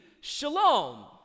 shalom